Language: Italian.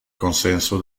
consenso